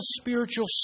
spiritual